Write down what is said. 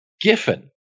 Giffen